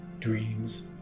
Dreams